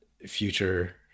future